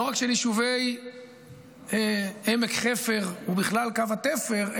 לא רק של יישובי עמק חפר ובכלל קו התפר,